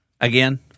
Again